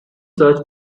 search